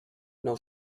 nou